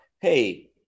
hey